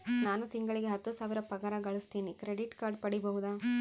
ನಾನು ತಿಂಗಳಿಗೆ ಹತ್ತು ಸಾವಿರ ಪಗಾರ ಗಳಸತಿನಿ ಕ್ರೆಡಿಟ್ ಕಾರ್ಡ್ ಪಡಿಬಹುದಾ?